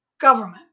government